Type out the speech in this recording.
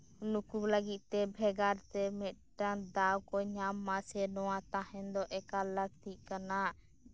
ᱱᱩᱠᱩ ᱞᱟᱹᱜᱤᱫ ᱛᱮ ᱵᱷᱮᱜᱟᱨ ᱛᱮ ᱢᱤᱫᱴᱟᱝ ᱫᱟᱣᱠᱚ ᱧᱟᱢ ᱢᱟᱥᱮ ᱱᱚᱶᱟ ᱛᱟᱦᱮᱸ ᱫᱚ ᱮᱠᱟᱞ ᱞᱟᱹᱠᱛᱤᱜ ᱠᱟᱱᱟ